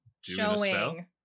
showing